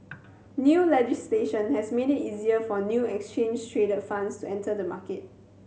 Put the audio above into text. new legislation has made it easier for new exchange traded funds to enter the market